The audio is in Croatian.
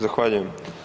Zahvaljujem.